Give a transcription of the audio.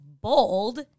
bold